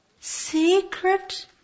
Secret